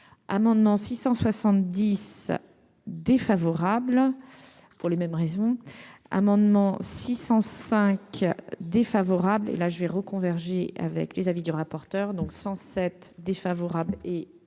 amendement 670 défavorable pour les mêmes raisons, amendement 605 défavorable et là je vais reconverti G avec les avis du rapporteur, donc 107 défavorable et de